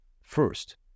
first